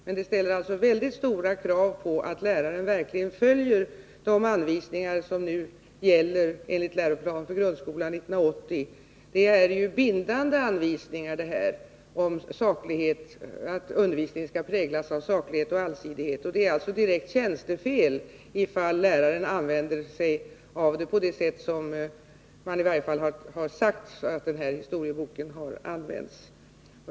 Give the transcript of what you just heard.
Men det ställer mycket stora krav på att läraren verkligen följer de anvisningar som nu gäller, enligt Läroplan för grundskolan 1980. Anvisningarna om att undervisningen skall präglas av saklighet och allsidighet är ju bindande. Det är alltså direkt tjänstefel om läraren använder sig av ett hjälpmedel på det sätt vilket man i varje fall har sagt att denna historiebok har använts.